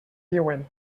diuen